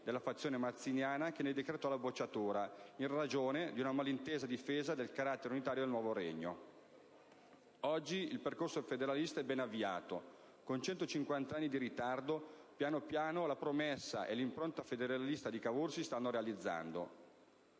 della fazione mazziniana che ne decretò la bocciatura, in ragione di una malintesa difesa del carattere unitario del nuovo Regno. Oggi il percorso federalista è ben avviato. Con 150 anni di ritardo piano piano la promessa e l'impronta federalista di Cavour si stanno realizzando.